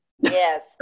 Yes